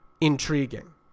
intriguing